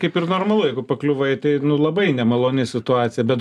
kaip ir normalu jeigu pakliuvai tai labai nemaloni situacija bet